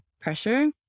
pressure